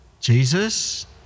Jesus